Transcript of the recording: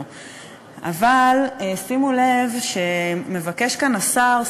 אבל שימו לב שמבקש כאן השר,